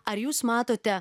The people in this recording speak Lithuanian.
ar jūs matote